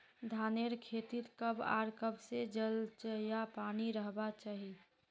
धानेर खेतीत कब आर कब से जल या पानी रहबा चही?